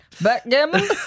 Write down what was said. backgammon